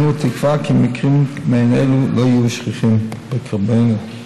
אנו תקווה כי מקרים מעין אלו לא יהיו שכיחים בקרבנו.